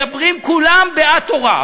מדברים כולם בעד תורה,